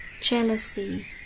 jealousy